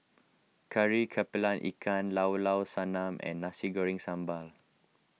Kari Kepala Ikan Llao Llao Sanum and Nasi Goreng Sambal